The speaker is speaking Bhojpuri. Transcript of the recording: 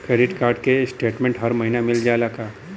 क्रेडिट कार्ड क स्टेटमेन्ट हर महिना मिल जाला का?